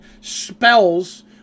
spells